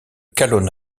calonne